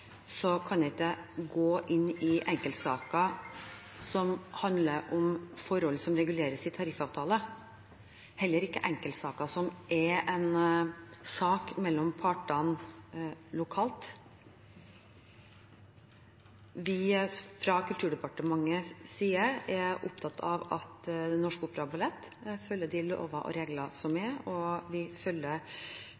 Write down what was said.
ikke kan gå inn i enkeltsaker som handler om forhold som reguleres i tariffavtaler, heller ikke enkeltsaker som er en sak mellom partene lokalt. Vi er fra Kulturdepartementets side opptatt av at Den Norske Opera & Ballett følger de lover og regler som er,